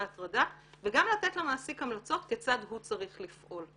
הטרדה וגם לתת למעסיק המלצות כיצד הוא צריך לפעול.